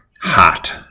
hot